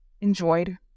enjoyed